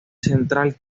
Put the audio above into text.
central